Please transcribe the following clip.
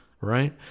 right